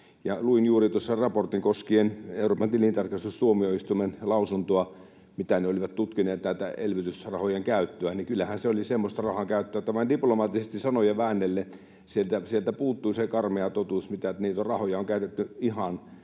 luin juuri tuossa raportin koskien Euroopan tilintarkastustuomioistuimen lausuntoa siitä, mitä ne olivat tutkineet, näiden elvytysrahojen käyttöä, niin kyllähän se oli semmoista rahankäyttöä, että vain diplomaattisesti sanoja väännellen sieltä puuttui se karmea totuus, miten niitä rahoja on käytetty ihan